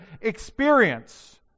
experience